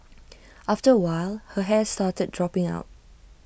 after while her hair started dropping out